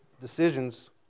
decisions